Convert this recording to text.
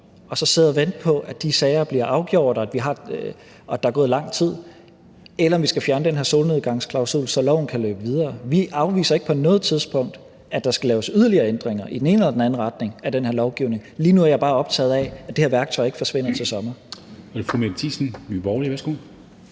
og sidde og vente på, at de sager bliver afgjort, og at der går lang tid, eller om vi skal fjerne den her solnedgangsklausul, så loven kan løbe videre. Vi afviser ikke på noget tidspunkt, at der skal laves yderligere ændringer af den her lovgivning i den ene eller den anden retning. Lige nu er jeg bare optaget af, at det her værktøj ikke forsvinder til sommer. Kl. 13:46 Formanden